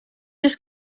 just